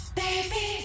baby